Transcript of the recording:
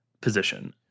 position